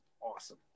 awesome